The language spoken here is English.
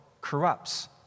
corrupts